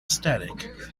static